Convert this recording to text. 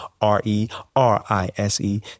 R-E-R-I-S-E